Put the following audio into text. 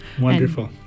Wonderful